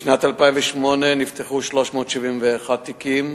בשנת 2008 נפתחו 371 תיקים,